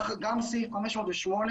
גם סעיף 508,